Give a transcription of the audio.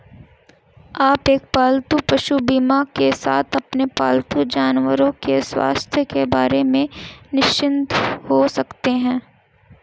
आप एक पालतू पशु बीमा के साथ अपने पालतू जानवरों के स्वास्थ्य के बारे में निश्चिंत हो सकते हैं